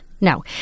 no